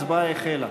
ההצבעה החלה.